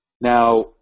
Now